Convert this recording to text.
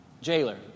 Jailer